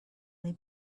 they